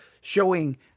showing